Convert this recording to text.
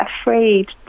afraid